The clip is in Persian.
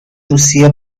روسیه